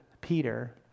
Peter